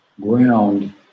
ground